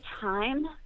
time